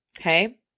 Okay